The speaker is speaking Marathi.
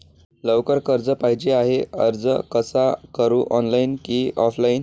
लवकर कर्ज पाहिजे आहे अर्ज कसा करु ऑनलाइन कि ऑफलाइन?